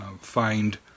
find